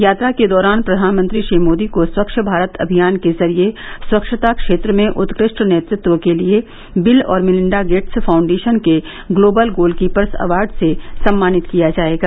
यात्रा के दौरान प्रधानमंत्री मोदी को स्वच्छ भारत अभियान के जरिए स्वच्छता क्षेत्र में उत्कृष्ट नेतृत्व के लिए बिल और मिलिंडा गेट्स फाउंडेशन के ग्लोबल गोलकीपर्स अवार्ड से सम्मानित किया जाएगा